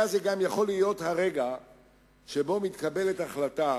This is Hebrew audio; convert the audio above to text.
היה זה גם יכול להיות הרגע שבו מתקבלת החלטה